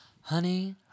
Honey